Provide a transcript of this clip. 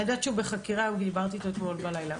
אני יודעת שהוא בחקירה, דיברתי אתו אתמול בלילה.